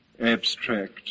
abstract